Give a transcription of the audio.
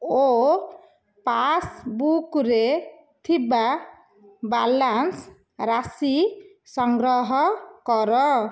ଓ ପାସ୍ବୁକ୍ରେ ଥିବା ବାଲାନ୍ସ ରାଶି ସଂଗ୍ରହ କର